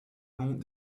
long